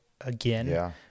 again